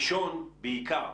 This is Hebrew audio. ראשון, בעיקר,